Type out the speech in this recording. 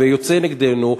ויוצא נגדנו,